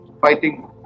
fighting